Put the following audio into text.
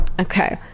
Okay